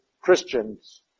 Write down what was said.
Christians